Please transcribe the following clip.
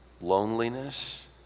loneliness